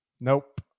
Nope